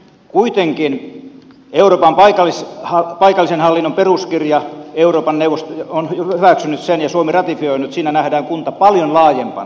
kuitenkin euroopan paikallisen itsehallinnon peruskirjassa euroopan neuvosto on hyväksynyt sen ja suomi ratifioinut nähdään kunta paljon laajempana